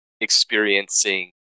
experiencing